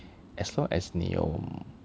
as long as 你有